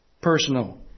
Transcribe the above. personal